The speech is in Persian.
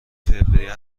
فوریه